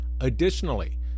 Additionally